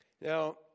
Now